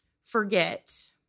forget